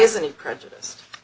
isn't prejudice